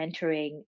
mentoring